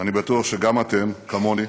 ואני בטוח שגם אתם, כמוני,